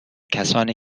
کسانی